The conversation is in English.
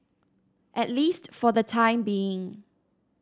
at least for the time being